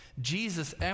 Jesus